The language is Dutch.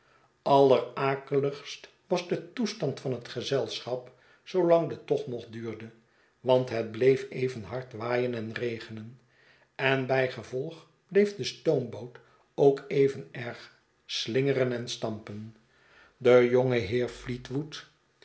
allerakeligst was de toestand van het gezelschap zoolang de tocht nog duurde want het bleef even hard waaien en regenen en by gevolg bleef de stoomboot ook even erg slingeren en stampen de jonge